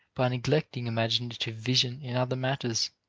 by neglecting imaginative vision in other matters,